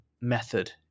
method